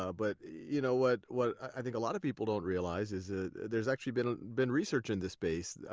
ah but you know what what i think a lot of people don't realize is that ah there's actually been been research in this base,